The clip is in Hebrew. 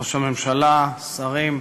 ראש הממשלה, שרים,